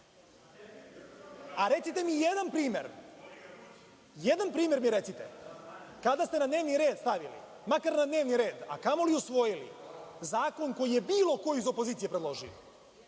a recite mi jedan primer – kada ste na dnevni red stavili, makar na dnevni red, a kamoli usvojili zakon koji je bilo ko iz opozicije predložio?